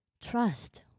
Trust